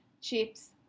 chips